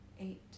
eight